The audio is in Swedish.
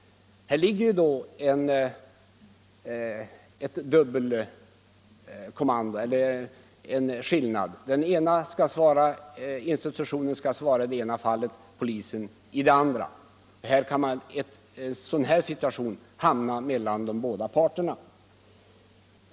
Här ligger alltså en oklarhet i reglerna: den ena institutionen, sjukhuset, skall svara i det ena fallet och den andra institutionen, polisen, skall svara i det andra. I en situation som jag relaterat kan man hamna någonstans mellan de båda parterna.